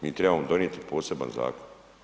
Mi trebamo donijeti poseban zakon.